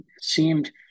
seemed